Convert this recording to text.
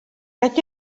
beth